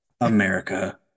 America